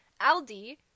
Aldi